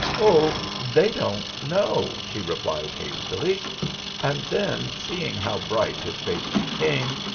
oh, they don't know! she replied, hastily and then, seeing how bright his face became,